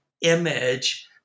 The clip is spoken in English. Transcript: image